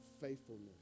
faithfulness